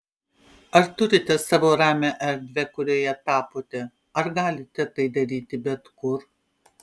ar turite savo ramią erdvę kurioje tapote ar galite tai daryti bet kur